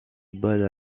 balles